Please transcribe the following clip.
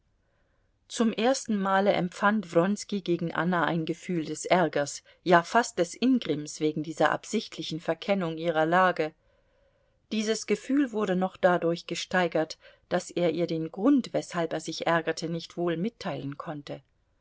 zum ersten male empfand wronski gegen anna ein gefühl des ärgers ja fast des ingrimms wegen dieser absichtlichen verkennung ihrer lage dieses gefühl wurde noch dadurch gesteigert daß er ihr den grund weshalb er sich ärgerte nicht wohl mitteilen konnte